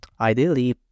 Ideally